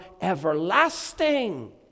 everlasting